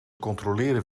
controleren